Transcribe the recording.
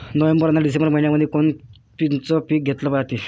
November अन December मइन्यामंधी कोण कोनचं पीक घेतलं जाते?